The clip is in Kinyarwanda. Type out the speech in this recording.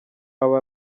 aba